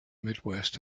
midwest